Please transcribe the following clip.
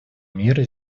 мира